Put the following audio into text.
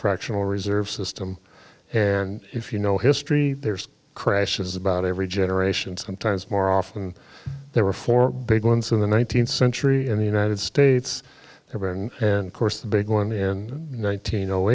fractional reserve system and if you know history there's crashes about every generation sometimes more often and there were four big ones in the nineteenth century in the united states ever and and course the big one in nineteen